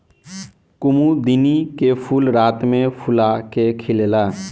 कुमुदिनी के फूल रात में फूला के खिलेला